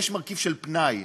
יש מרכיב של פנאי,